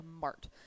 Mart